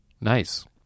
Nice